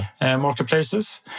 marketplaces